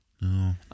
No